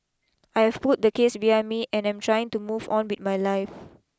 I have put the case behind me and I'm trying to move on with my life